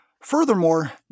Furthermore